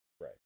Right